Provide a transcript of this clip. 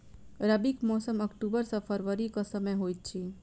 रबीक मौसम अक्टूबर सँ फरबरी क समय होइत अछि